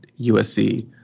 USC